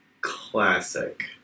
classic